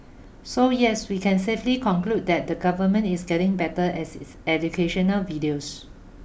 so yes we can safely conclude that the government is getting better at its educational videos